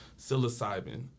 psilocybin